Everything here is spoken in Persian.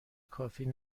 کافی